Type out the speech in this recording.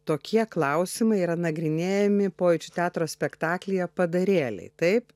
tokie klausimai yra nagrinėjami pojūčių teatro spektaklyje padarėliai taip